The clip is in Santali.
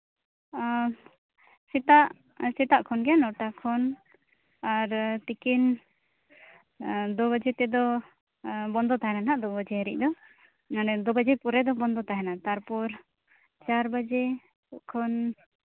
ᱚ ᱥᱮᱛᱟᱜ ᱥᱮᱛᱟᱜ ᱠᱷᱚᱱ ᱜᱮ ᱱᱚ ᱴᱟ ᱠᱷᱚᱱ ᱟᱨ ᱛᱤᱠᱤᱱ ᱫᱩ ᱵᱟᱡᱮ ᱛᱮᱫᱚ ᱵᱚᱱᱫᱚ ᱛᱟᱦᱮᱱᱟ ᱱᱟᱜ ᱫᱩ ᱵᱟᱡᱮ ᱦᱟᱹᱨᱤᱡ ᱫᱚ ᱢᱟᱱᱮ ᱫᱩ ᱵᱟᱡᱮ ᱯᱚᱨᱮ ᱫᱚ ᱵᱚᱱᱫᱚ ᱛᱟᱦᱮᱱᱟ ᱛᱟᱨᱯᱚᱨ ᱪᱟᱨ ᱵᱟᱡᱮ ᱠᱷᱚᱱ